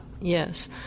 Yes